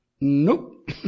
Nope